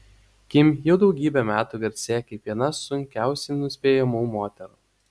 kim jau daugybę metų garsėja kaip viena sunkiausiai nuspėjamų moterų